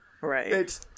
right